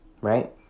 right